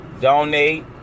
Donate